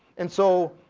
and so,